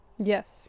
Yes